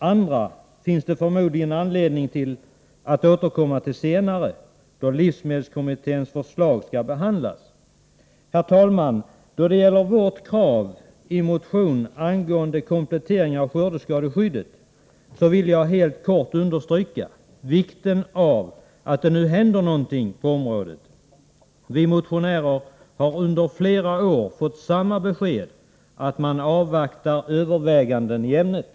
Andra finns det förmodligen anledning att återkomma till senare, när livsmedelskommitténs förslag skall behandlas. Herr talman! Då det gäller vårt krav i motion om komplettering av skördeskadeskyddet vill jag helt kort understryka vikten av att det nu händer någonting på området. Vi motionärer har under flera år fått samma besked — att man avvaktar överväganden i ämnet.